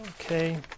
okay